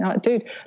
Dude